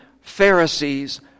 Pharisees